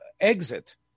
exit